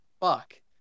fuck